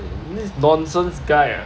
this nonsense guy ah